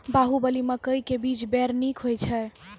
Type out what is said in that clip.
बाहुबली मकई के बीज बैर निक होई छै